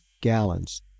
Gallons